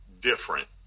different